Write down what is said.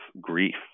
grief